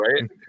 right